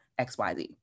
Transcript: XYZ